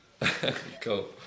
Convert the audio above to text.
Cool